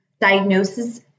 diagnosis